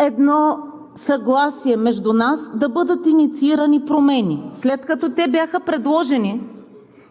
едно съгласие между нас да бъдат инициирани промени. След като те бяха предложени,